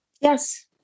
Yes